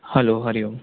हलो Hari Om